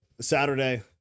Saturday